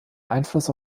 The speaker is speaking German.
einfluss